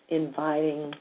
inviting